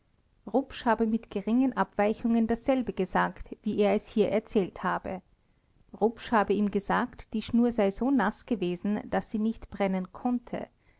rupsch habe mit geringen abweichungen dasselbe gesagt wie er es hier erzählt habe rupsch habe ihm gesagt die schnur sei so naß gewesen daß sie nicht brennen konnte